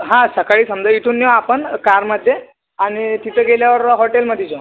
हा सकाळी समजा इथून नेऊ आपण कारमध्ये आणि तिथे गेल्यावर हॉटेलमध्ये जेऊ